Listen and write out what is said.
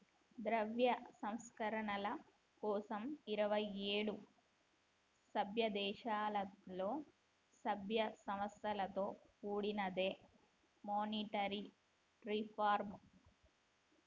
ద్రవ్య సంస్కరణల కోసం ఇరవై ఏడు సభ్యదేశాలలో, సభ్య సంస్థలతో కూడినదే మానిటరీ రిఫార్మ్